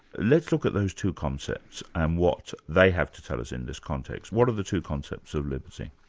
let's look at those two concepts, and what they have to tell us in this context. what are the two concepts of liberty?